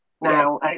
now